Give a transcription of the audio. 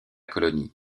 colonie